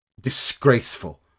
Disgraceful